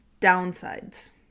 downsides